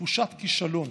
בתחושת כישלון,